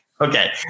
Okay